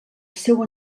seu